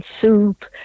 soup